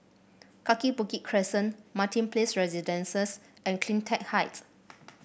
Kaki Bukit Crescent Martin Place Residences and CleanTech Height